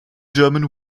german